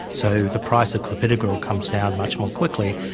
so the price of clopidogrel comes down much more quickly.